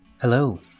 Hello